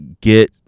get